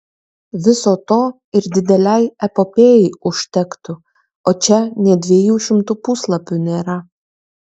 viso to ir didelei epopėjai užtektų o čia nė dviejų šimtų puslapių nėra